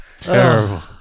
Terrible